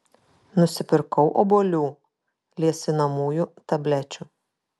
nusipirkau obuolių liesinamųjų tablečių